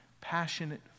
passionate